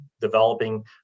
developing